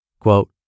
Quote